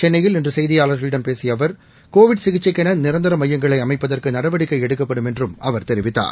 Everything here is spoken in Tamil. சென்னையில் இன்றசெய்தியாளர்களிடம் பேசியஅவர் கோவிட் சிகிச்சைக்கௌநிரந்தரமையங்களைஅமைப்பதற்குநடவடிக்கைஎடுக்கப்படும் என்றும் அவர் தெரிவித்தார்